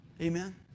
amen